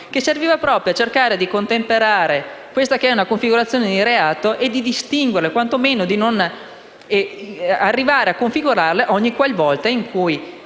serviva proprio a cercare di contemperare questa configurazione di reato e di distinguerla, o quantomeno serviva a non arrivare a configurarla ogni qualvolta un agente